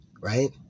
right